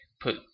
put